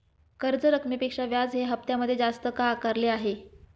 कर्ज रकमेपेक्षा व्याज हे हप्त्यामध्ये जास्त का आकारले आहे?